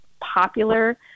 popular